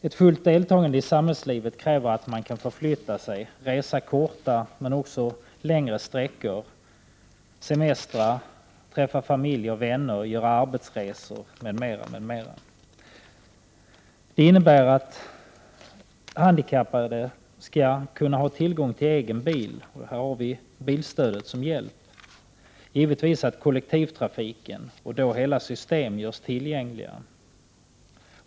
Ett fullt deltagande i samhällslivet kräver att man kan förflytta sig, resa korta men också längre sträckor, semestra, träffa familj och vänner och göra arbetsresor m.m. Detta innebär att handikappade skall kunna ha tillgång till egen bil. Där har vi bilstödet som hjälp. Detta innebär givetvis att kollektivtrafiken, och då hela system, görs tillgänglig.